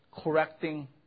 Correcting